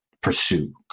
pursue